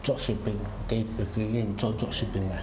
drop shipping 给你一个 feeling 你做 drop shipping lah